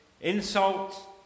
insult